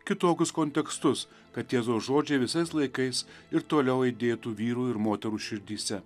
kitokius kontekstus kad tiesos žodžiai visais laikais ir toliau aidėtų vyrų ir moterų širdyse